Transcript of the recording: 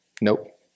Nope